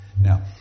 Now